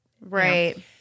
right